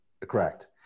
correct